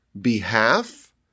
behalf